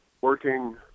working